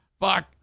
Fuck